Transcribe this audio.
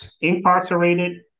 incarcerated